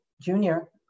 Junior